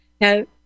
Now